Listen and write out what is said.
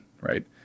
right